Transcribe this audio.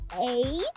eight